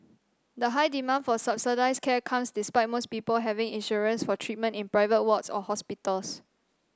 the high demand for subsidised care comes despite most people having insurance for treatment in private wards or hospitals